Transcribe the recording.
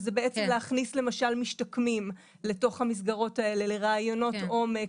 זה בעצם למשל להכניס משתקמים לתוך המסגרות האלה לראיונות עומק,